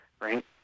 right